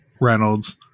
Reynolds